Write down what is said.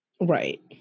right